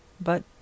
but—